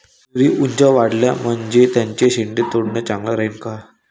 तुरी ऊंच वाढल्या म्हनजे त्याचे शेंडे तोडनं चांगलं राहीन का?